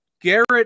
Garrett